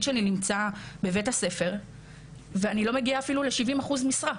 שלי נמצא בבית הספר ואני לא מגיעה אפילו ל-70% משרה.